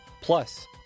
plus